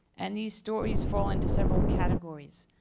and these stories fall into several categories.